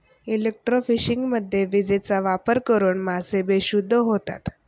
इलेक्ट्रोफिशिंगमध्ये विजेचा वापर करून मासे बेशुद्ध होतात